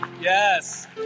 Yes